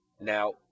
Now